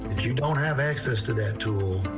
you don't have access to that tool.